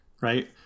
right